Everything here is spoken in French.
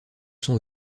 son